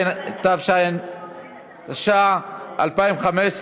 התשע"ה 2015,